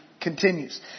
continues